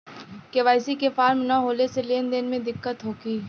KYC के form न होले से लेन देन में दिक्कत होखी?